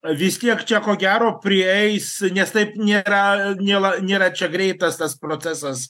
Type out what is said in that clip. vis tiek kiek čia ko gero prieis nes taip nėra nela nėra čia greitas tas procesas